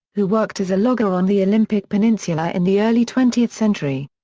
who worked as a logger on the olympic peninsula in the early twentieth century.